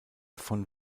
von